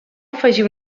afegir